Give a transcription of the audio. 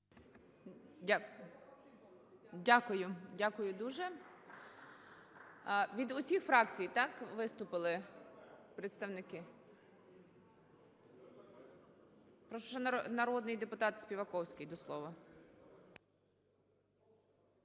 Дякую. Дякую дуже. Від усіх фракцій виступили представники? Прошу, народний депутат Співаковський до слова.